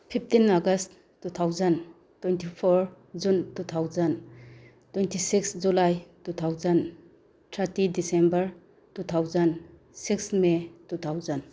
fifteen August two thousand twenty four June two thousand twenty six July two thousand thirty December two thousand six may two thousand